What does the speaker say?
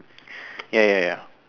ya ya ya